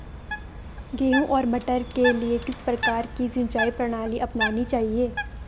गेहूँ और मटर के लिए किस प्रकार की सिंचाई प्रणाली अपनानी चाहिये?